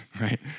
right